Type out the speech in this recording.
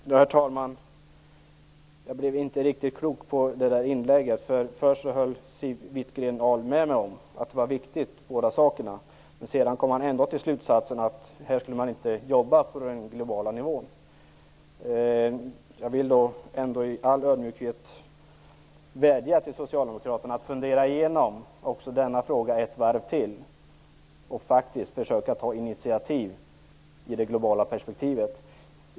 Herr talman! Jag blev inte riktigt klok på det där inlägget. Först höll Siw Wittgren-Ahl med mig om att båda sakerna är viktiga. Sedan kom hon ändå till slutsatsen att man inte skulle jobba på den globala nivån. Jag vill i all ödmjukhet ändå vädja till Socialdemokraterna att fundera igenom också denna fråga ett varv till och faktiskt försöka ta initiativ i det globala perspektivet.